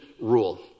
rule